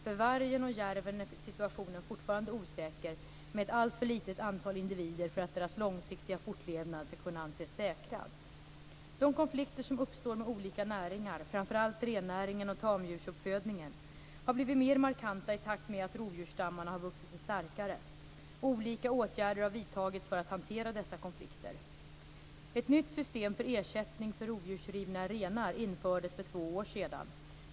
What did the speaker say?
För vargen och järven är situationen fortfarande osäker med ett alltför litet antal individer för att deras långsiktiga fortlevnad skall kunna anses säkrad. De konflikter som uppstår med olika näringar, framför allt rennäringen och tamdjursuppfödningen, har blivit mer markanta i takt med att rovdjursstammarna har vuxit sig starkare. Olika åtgärder har vidtagits för att hantera dessa konflikter. Ett nytt system för ersättning för rovdjursrivna renar infördes för två år sedan.